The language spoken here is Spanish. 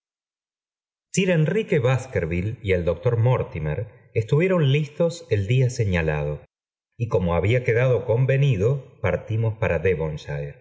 sir enrique baskerville y el doctor mortimer estuvieron listos el día señalado y como había quedado convenido partimos para